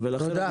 לכן,